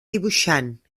dibuixant